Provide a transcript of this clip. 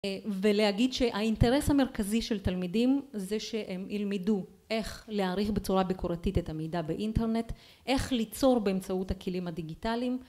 ולהגיד שהאינטרס המרכזי של תלמידים, זה שהם ילמדו איך להעריך בצורה בקורתית את המידע באינטרנט, איך ליצור באמצעות הכלים הדיגיטליים